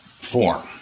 form